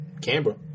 Canberra